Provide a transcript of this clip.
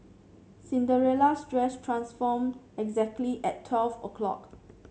Cinderella's dress transformed exactly at twelve o'clock